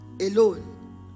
alone